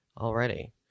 already